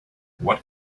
what